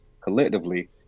collectively